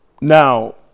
Now